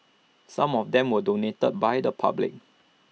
some of them were donated by the public